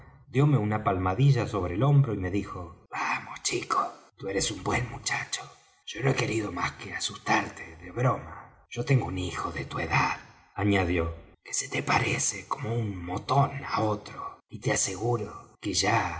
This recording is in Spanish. dióme una palmadilla sobre el hombro y me dijo vamos chico tú eres un buen muchacho yo no he querido más que asustarte de broma yo tengo un hijo de tu edad añadió que se te parece como un motón á otro y te aseguro que ya